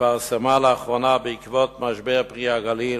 והתפרסמה לאחרונה בעקבות משבר "פרי הגליל",